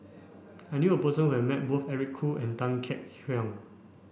I knew a person who has met both Eric Khoo and Tan Kek Hiang